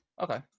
Okay